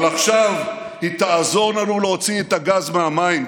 אבל עכשיו היא תעזור לנו להוציא את הגז מהמים,